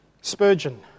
Spurgeon